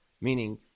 Meaning